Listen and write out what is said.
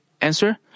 answer